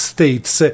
States